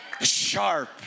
sharp